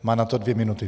Má na to dvě minuty.